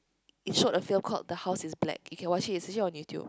it showed a film called the house is black you can watch it it's usually on YouTube